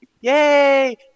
Yay